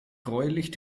gräulich